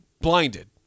blinded